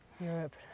Europe